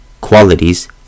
qualities